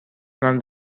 اونم